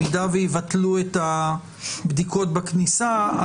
אם יבטלו את הבדיקות בכניסה,